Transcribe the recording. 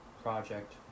Project